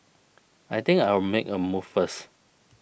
I think I'll make a move first